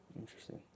Interesting